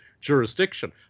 Jurisdiction